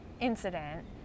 incident